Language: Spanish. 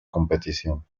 competición